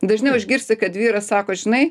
dažniau išgirsi kad vyras sako žinai